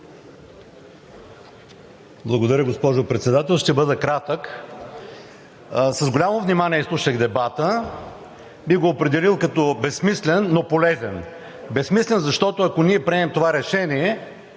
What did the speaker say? Благодаря, госпожо Председател. Ще бъда кратък. С голямо внимание изслушах дебата. Бих го определил като безсмислен, но полезен. Безсмислен, защото, ако ние приемем това решение,